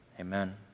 Amen